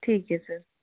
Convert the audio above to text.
ਠੀਕ ਹੈ ਸਰ